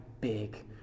big